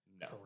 No